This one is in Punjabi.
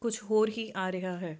ਕੁਛ ਹੋਰ ਹੀ ਆ ਰਿਹਾ ਹੈ